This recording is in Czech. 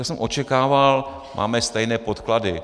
Já jsem je očekával, máme stejné podklady.